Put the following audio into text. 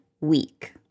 week